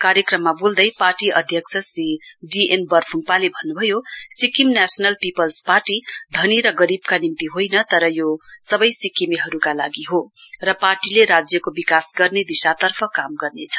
कार्यक्रममा बोल्दै पार्टी अध्यक्ष श्री डी एन बर्फ़्गपाले भन्नभयो सिक्किम नेशनल पीपल्स पार्टी धनी र गरीबका निम्ति होइन तर यो सबै सिक्किमेहरुका लागि हो र पार्टीले राज्यको विकास गर्ने दिशातर्फ काम गर्नेछ